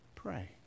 pray